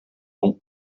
long